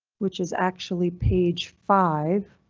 which is actually page five.